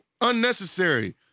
Unnecessary